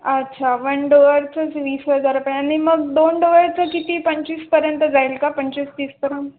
अच्छा वन डोअवरचंच वीस हजारपर्यंत आणि मग दोन डोअरचं किती पंचवीसपर्यंत जाईल का पंचवीस तीसपर्यंत